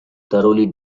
thoroughly